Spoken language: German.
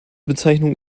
bezeichnung